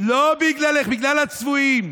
בגלל הצבועים.